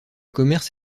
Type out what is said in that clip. commerce